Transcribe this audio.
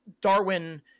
Darwin